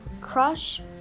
Crush